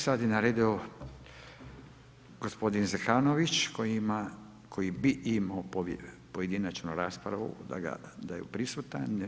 Sada je na redu gospodin Zekanović koji bi imao pojedinačnu raspravu da je prisutan.